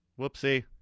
Whoopsie